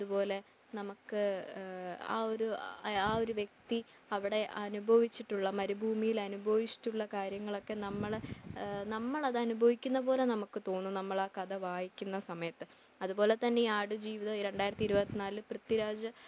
അതുപോലെ നമുക്ക് ആ ഒരു ആ ഒരു വ്യക്തി അവിടെ അനുഭവിച്ചിട്ടുള്ള മരുഭൂമിയിൽ അനുഭവിച്ചിട്ടുള്ള കാര്യങ്ങളൊക്കെ നമ്മൾ നമ്മളത് അനുഭവിക്കുന്നതു പോലെ നമുക്ക് തോന്നും നമ്മളാ കഥ വായിക്കുന്ന സമയത്ത് അതുപോലെ തന്നെയീ ആടുജീവിതം രണ്ടായിരത്തി ഇരുപത്തി നാലിൽ പൃഥ്വിരാജ്